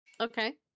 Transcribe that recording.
Okay